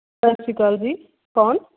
ਸਤਿ ਸ਼੍ਰੀ ਅਕਾਲ ਜੀ ਕੌਣ